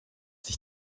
sich